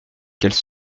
qu’elle